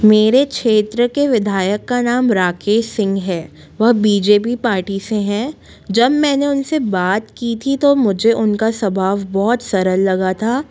मेरे क्षेत्र के विधायक का नाम राकेश सिंह है वह बी जे पी पार्टी से हैं जब मैंने उनसे बात की थी तो मुझे उनका स्वभाव बहुत सरल लगा था